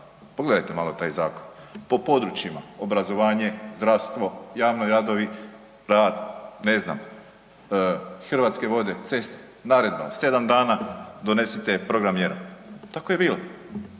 Pogledajte malo taj zakon po područjima, obrazovanje, zdravstvo, javni radovi, rad, ne znam, Hrvatske vode, ceste, naredba 7 dana donesite program mjera, tako je bilo.